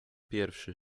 pierwszy